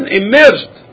emerged